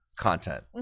content